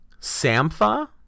Sampha